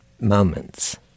moments